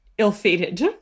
ill-fated